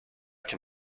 can